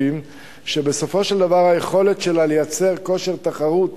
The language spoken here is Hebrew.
בסופו של דבר היכולת שלה לייצר כוח תחרות